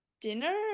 dinner